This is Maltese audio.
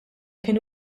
kien